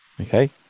okay